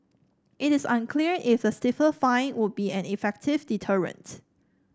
it is unclear if the stiffer fine would be an effective deterrent